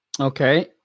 Okay